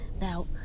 Now